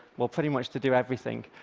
well, pretty much to do everything,